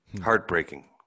Heartbreaking